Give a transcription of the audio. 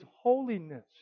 holiness